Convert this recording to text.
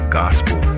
gospel